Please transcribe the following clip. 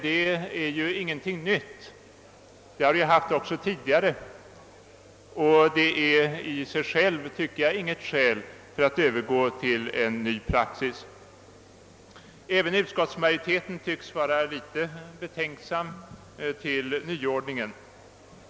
Det är dock ingenting nytt, ty det har den haft också tidigare. Det är i sig självt, tycker jag, inte något skäl för att övergå till ny praxis. Även utskottsmajoriteten tycks vara litet betänksam inför nyordningen.